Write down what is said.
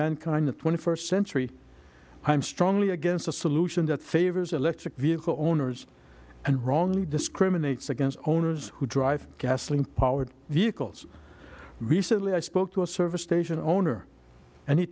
mankind the twenty first century i am strongly against a solution that favors electric vehicle owners and wrongly discriminates against owners who drive gasoline powered vehicles recently i spoke to a service station owner and he